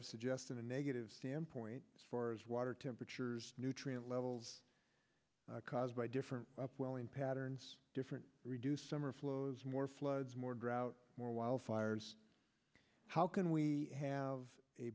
of suggested a negative standpoint as far as water temperatures nutrient levels caused by different upwelling patterns different reduced summer flows more floods more drought more wildfires how can we have a